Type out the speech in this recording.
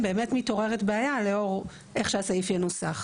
באמת מתעוררת בעיה לאור איך שהסעיף ינוסח.